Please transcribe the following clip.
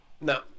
No